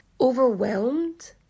overwhelmed